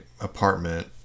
apartment